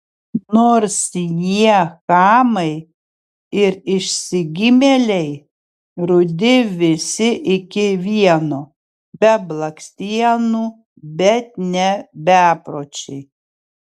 nors jie chamai ir išsigimėliai rudi visi iki vieno be blakstienų bet ne bepročiai